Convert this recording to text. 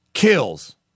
Kills